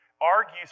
argues